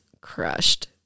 crushed